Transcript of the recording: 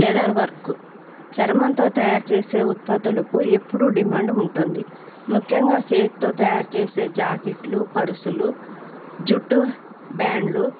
leather work చర్మంతో తయారు చేసే ఉత్పత్తులకు ఎప్పుడూ డిమాండ్ ఉంటుంది ముఖ్యంగా చేతితో తయారు చేసే జాకెట్లు పర్సులు జుట్టు బ్యాండ్లు